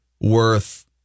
worth